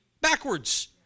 backwards